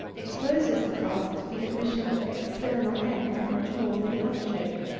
exposes the cask to the admission of external air much more than the other shape.